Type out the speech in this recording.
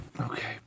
Okay